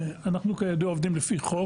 אנחנו עובדים לפי חוק,